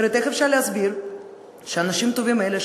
אחרת איך אפשר להסביר שאנשים טובים אלה,